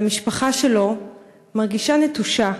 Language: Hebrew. והמשפחה שלו מרגישה נטושה.